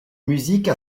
musique